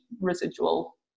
residual